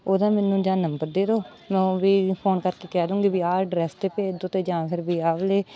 ਉਹਦਾ ਮੈਨੂੰ ਜਾਂ ਨੰਬਰ ਦੇ ਦਿਓ ਮੈਂ ਵੀ ਫੋਨ ਕਰਕੇ ਕਹਿ ਦੂੰਗੀ ਵੀ ਆਹ ਡਰੈਸ 'ਤੇ ਭੇਜ ਦਿਓ ਅਤੇ ਜਾਂ ਫਿਰ ਵੀ ਆਹ ਵਾਲੇ